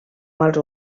mals